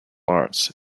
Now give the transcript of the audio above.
arts